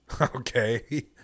Okay